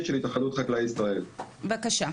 בבקשה.